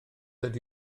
ydy